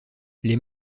les